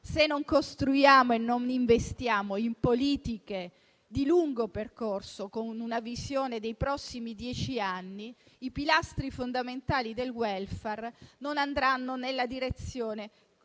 se non costruiamo e non investiamo in politiche di lungo percorso, con una visione per i prossimi dieci anni, i pilastri fondamentali del *welfare* non andranno nella direzione